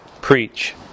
preach